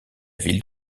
ville